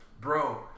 Bro